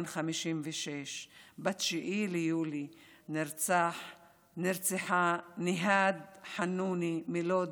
בן 56. ב-9 ביולי נרצחה ניהאד אל-חנוני מלוד,